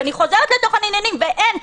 ואני חוזרת לתוכן העניינים, ואין.